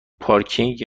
پارکینگ